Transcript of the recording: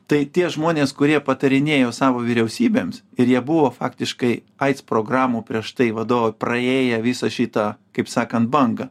tai tie žmonės kurie patarinėjo savo vyriausybėms ir jie buvo faktiškai aids programų prieš tai vadovai praėję visą šitą kaip sakant bangą